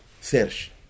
search